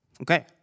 Okay